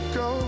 go